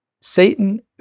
Satan